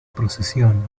procesión